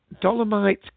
Dolomite